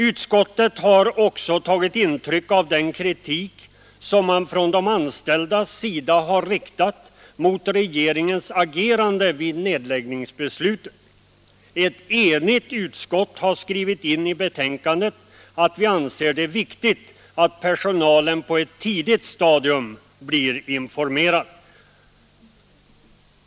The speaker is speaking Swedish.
Utskottet har också tagit intryck av den kritik som från de anställdas sida har riktats mot regeringens agerande vid nedläggningsbeslutet. Ett enigt utskott har skrivit in i betänkandet att vi anser det viktigt att personalen blir informerad på ett tidigt stadium.